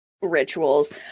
rituals